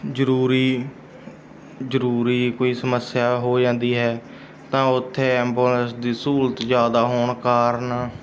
ਜ਼ਰੂਰੀ ਜ਼ਰੂਰੀ ਕੋਈ ਸਮੱਸਿਆ ਹੋ ਜਾਂਦੀ ਹੈ ਤਾਂ ਉੱਥੇ ਐਬੂਲੈਂਸ ਦੀ ਸਹੂਲਤ ਜ਼ਿਆਦਾ ਹੋਣ ਕਾਰਨ